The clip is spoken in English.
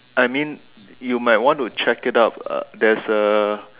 I mean you might want to check it up uh there's a